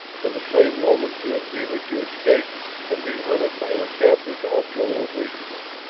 for the same woman to endeavor to escape and be hunted by her captors also was reasonable.